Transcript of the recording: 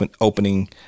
opening